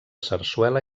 sarsuela